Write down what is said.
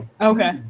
Okay